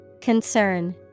Concern